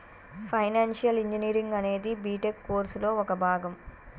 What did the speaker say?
financial engineering అనేది BTech కోర్సులో ఒక భాగం